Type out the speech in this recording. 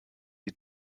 die